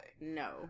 No